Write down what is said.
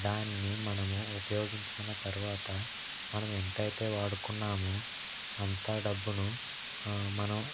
దాన్ని మనము ఉపయోగించుకున్న తర్వాత మనం ఎంతైతే వాడుకున్నామో అంత డబ్బును మనం